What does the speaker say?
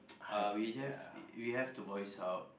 uh we have we have to voice out